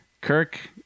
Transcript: Kirk